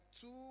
two